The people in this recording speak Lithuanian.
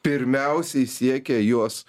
pirmiausiai siekia juos